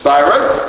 Cyrus